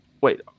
wait